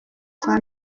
kwa